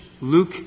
Luke